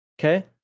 Okay